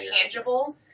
tangible